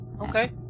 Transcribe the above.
okay